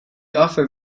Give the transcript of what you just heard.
offer